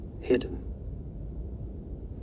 hidden